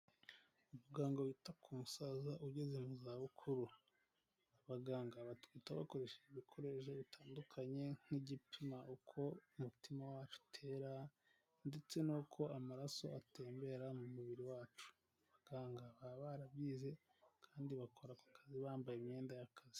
Umuganga wita ku musaza ugeze mu za bukuru abaganga batwitaho bakoresheje ibikoresho bitandukanye nk'igipima uko umutima wacu utera . Ndetse n'uko amaraso atembera mu mubiri wacu abaganga baba barabyize kandi bakora ako kazi bambaye imyenda y'akazi.